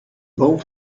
boom